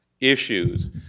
issues